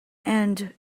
and